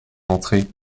entrée